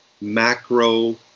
macro